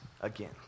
again